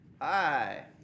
Hi